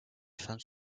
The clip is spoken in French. femmes